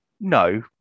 no